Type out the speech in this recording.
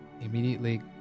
immediately